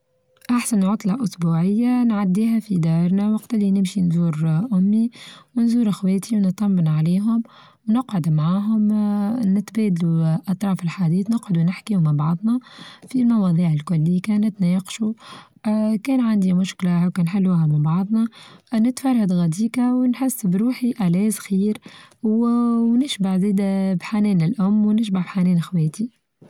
أحسن عطلة أسبوعية نعديها في دارنا وقت اللي نمشي نزور أمي ونزور أخواتي ونطمن عليهم ونقعد معاهم آآ نتبادلوا أطراف الحديث نقعدو نحكيو مع بعضنا في المواضيع الكلي كانت تناقشوا، آآ كان عندي مشكلة وكان حلوها من بعضنا نتفرد غديكا ونحس بروحي ألاذ خير ونشبع زادا بحنان الأم ونشبع حنان خواتي.